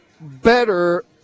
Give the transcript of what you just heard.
better